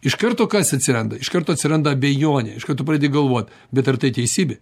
iš karto kas atsiranda iš karto atsiranda abejonė iškart tu pradedi galvot bet ar tai teisybė